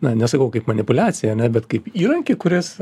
na nesakau kaip manipuliacija ane bet kaip įrankį kuris